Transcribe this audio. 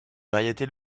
variétés